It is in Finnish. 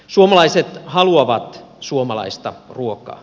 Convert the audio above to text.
suomalaiset haluavat suomalaista ruokaa